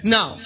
Now